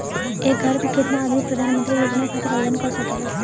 एक घर के केतना आदमी प्रधानमंत्री योजना खातिर आवेदन कर सकेला?